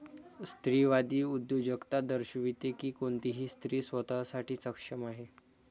स्त्रीवादी उद्योजकता दर्शविते की कोणतीही स्त्री स्वतः साठी सक्षम आहे